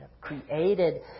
created